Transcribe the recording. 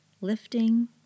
Lifting